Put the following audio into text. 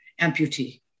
amputee